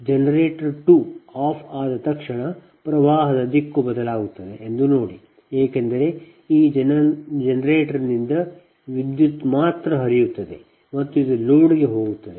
generator 2 off ಆದ ತಕ್ಷಣ ವಿದ್ಯುತ್ನ ದಿಕ್ಕು ಬದಲಾಗುತ್ತದೆ ಎಂದು ನೋಡಿ ಏಕೆಂದರೆ ಈ ಜನರೇಟರ್ನಿಂದ ವಿದ್ಯುತ್ ಮಾತ್ರ ಹರಿಯುತ್ತದೆ ಮತ್ತು ಇದು ಲೋಡ್ಗೆ ಹೋಗುತ್ತದೆ